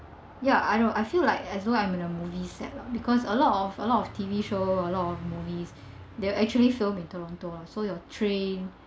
ya I know I feel like as though I was in a movie set because a lot of a lot of T_V shows a lot of movies they're actually filmed in toronto lah so your train